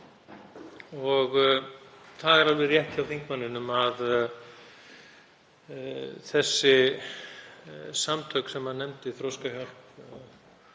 Það er alveg rétt hjá þingmanninum að þessi samtök sem hann nefndi, Þroskahjálp,